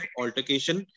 altercation